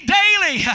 daily